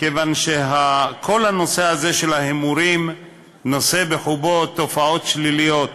כיוון שכל הנושא הזה של ההימורים נושא בחובו תופעות שליליות.